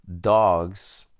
dogs